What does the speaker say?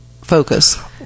focus